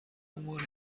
عنوان